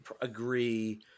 agree